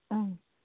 ꯑꯥ